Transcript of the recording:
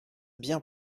bien